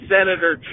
Senator